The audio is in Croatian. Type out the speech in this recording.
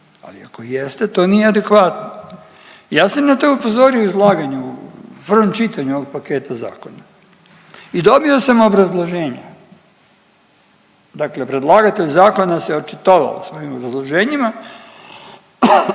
Ali ako jeste to nije adekvatno. Ja sam na to upozorio u izlaganju u prvom čitanju ovog paketa zakona i dobio sam obrazloženje. Dakle predlagatelj zakona se očitovanja u svojim obrazloženjima.